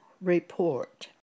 report